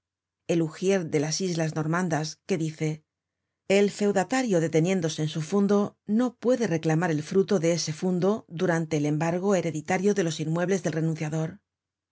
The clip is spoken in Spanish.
á espadas elugierde las islas normandas que dice el feudatario deteniéndose en su fundo no puede reclamar el fruto de este fundo durante el embargo he reditario de los inmuebles del renunciador